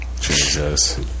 Jesus